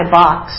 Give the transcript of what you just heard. box